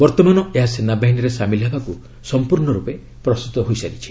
ବର୍ତ୍ତମାନ ଏହା ସେନାବାହିନୀରେ ସାମିଲ ହେବାକୁ ସଂପୂର୍ଣ୍ଣ ରୂପେ ପ୍ରସ୍ତୁତ ହୋଇଯାଇଛି